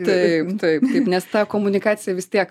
taip taip nes ta komunikacija vis tiek